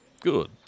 Good